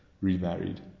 remarried